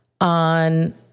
on